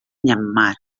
myanmar